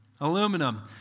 Aluminum